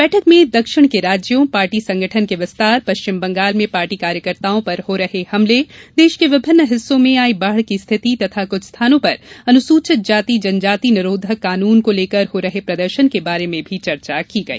बैठक में दक्षिण के राज्यों पार्टी संगठन के विस्तार पश्चिम बंगाल में पार्टी कार्यकर्ताओं पर हो रहे हमले देश के विभिन्न हिस्सों में आई बाढ़ की स्थिति तथा कुछ स्थानों पर अनुसूचित जाति जनजाति निरोधक कानून को लेकर हो रहे प्रदर्शन के बारे में भी चर्चा की गई